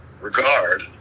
regard